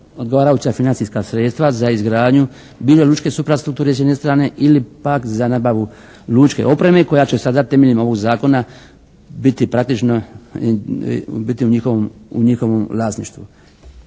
odgovarajuća financijska sredstva za izgradnju bilo lučke suprastrukture s jedne strane ili pak za nabavu lučke opreme koja će sada temeljem ovoga zakona biti praktično biti u njihovom vlasništvu.